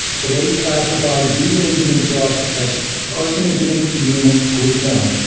today classified diesel engine exhaust as carcinogenic to humans, group one,